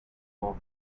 for